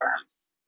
firms